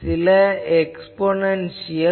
சில எக்ஸ்பொநென்சியல்